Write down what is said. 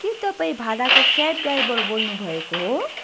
के तपाईँ भाडाको क्याब ड्राइभर बोल्नु भएको हो